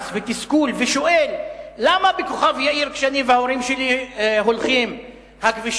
כעס ותסכול ושואל: למה כשאני וההורים שלי הולכים לכוכב-יאיר,